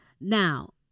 Now